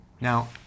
Now